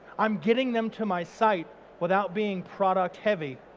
i'm getting them to my site without being product heavy